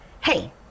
Hey